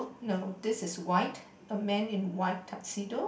no this is white a man in white tuxedo